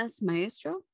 Maestro